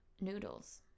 Noodles